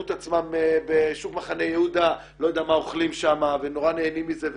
את עצמם בשוק מחנה יהודה אוכלים שם ונורא נהנים מזה.